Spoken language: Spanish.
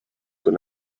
con